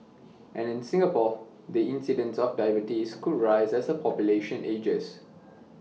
and in Singapore the incidence of diabetes could rise as the population ages